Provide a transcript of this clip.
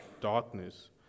darkness